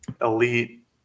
elite